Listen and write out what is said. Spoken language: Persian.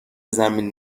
زمین